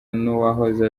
n’uwahoze